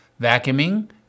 vacuuming